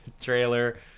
trailer